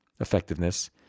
effectiveness